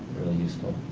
useful.